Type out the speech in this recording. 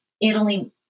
Italy